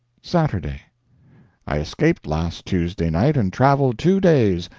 saturday i escaped last tuesday night, and traveled two days,